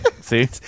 See